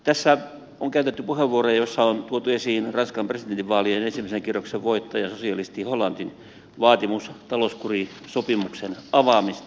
tässä on käytetty puheenvuoroja joissa on tuotu esiin ranskan presidentinvaalien ensimmäisen kierroksen voittajan sosialisti hollanden vaatimus talouskurisopimuksen avaamisesta